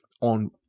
on